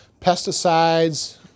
pesticides